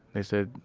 they said,